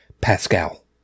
Pascal